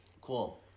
Cool